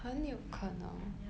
很有可能